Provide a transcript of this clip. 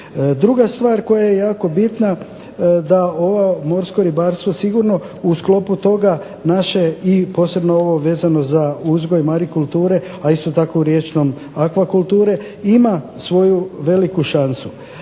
Druga stvar koja je jako bitna da ovo morsko ribarstvo sigurno u sklopu toga naše i posebno ovo vezano za uzgoj marikulture, a isto tako u riječnom aqua kulture ima svoju veliku šansu.